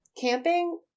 Camping